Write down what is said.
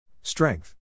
Strength